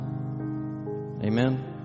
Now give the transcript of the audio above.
Amen